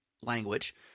language